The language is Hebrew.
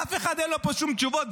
לאף אחד אין פה שום תשובות.